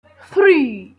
three